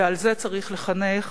ועל זה צריך לחנך